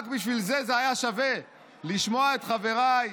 רק בשביל זה היה שווה לשמוע את חבריי